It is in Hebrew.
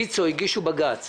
ויצ"ו הגישו בג"צ